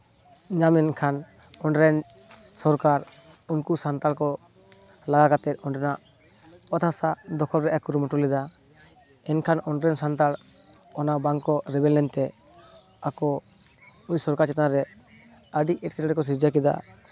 ᱧᱟᱢ ᱮᱱᱠᱷᱟᱱ ᱚᱸᱰᱮ ᱨᱮᱱ ᱥᱚᱨᱠᱟᱨ ᱩᱱᱠᱩ ᱥᱟᱱᱛᱟᱲ ᱠᱚ ᱞᱟᱜᱟ ᱠᱟᱛᱮᱜ ᱚᱸᱰᱮᱱᱟᱜ ᱚᱛ ᱦᱟᱥᱟ ᱫᱚᱠᱷᱚᱞ ᱨᱮᱭᱟᱜ ᱮ ᱠᱩᱨᱩᱢᱩᱴᱩ ᱞᱮᱫᱟ ᱮᱱᱠᱷᱟᱱ ᱚᱸᱰᱮᱨᱮᱱ ᱥᱟᱱᱛᱟᱲ ᱚᱱᱟ ᱵᱟᱝᱠᱚ ᱨᱮᱵᱮᱱ ᱞᱮᱱᱛᱮ ᱟᱠᱚ ᱩᱱᱤ ᱥᱚᱨᱠᱟᱨ ᱪᱮᱛᱟᱱ ᱨᱮ ᱟᱹᱰᱤ ᱮᱸᱴᱠᱮᱴᱚᱬᱮ ᱠᱚ ᱥᱤᱨᱡᱟᱹᱣ ᱠᱮᱫᱟ